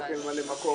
אתה כממלא מקום,